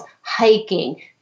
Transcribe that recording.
hiking